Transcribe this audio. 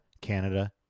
Canada